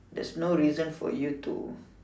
there's no reason for you to